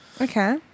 Okay